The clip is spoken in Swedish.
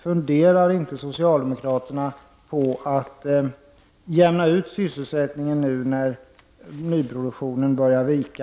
Funderar inte socialdemokraterna på att jämna ut sysselsättningen nu när nyproduktionen börjar vika?